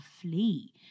flee